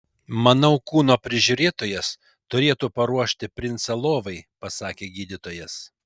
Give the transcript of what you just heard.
manau kūno prižiūrėtojas turėtų paruošti princą lovai pasakė gydytojas